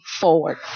forward